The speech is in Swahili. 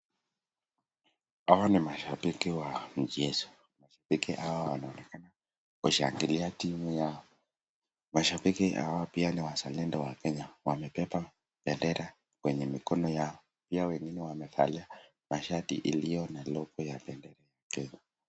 Hawa ni mashabiki wa mchezo, wengi wao wakishangilia timu yao. Mashabiki hawa pia ni wazaledo wa Kenya wamebeba bendera kwenye mikono yao. Pia wengine wamevalia mashati iliyo na logo ya Kenya.